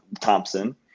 Thompson